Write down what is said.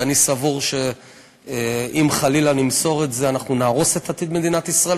אני סבור שאם חלילה נמסור את זה אנחנו נהרוס את עתיד מדינת ישראל,